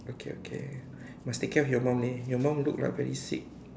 okay okay must take care of your mom leh your mom look like very sick